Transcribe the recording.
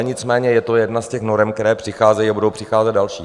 Nicméně je to jedna z těch norem, které přicházejí, a budou přicházet další.